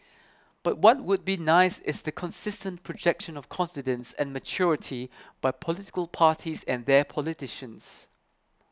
but what would be nice is the consistent projection of confidence and maturity by political parties and their politicians